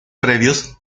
previos